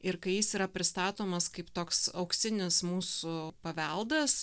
ir kai jis yra pristatomas kaip toks auksinis mūsų paveldas